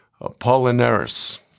Apollinaris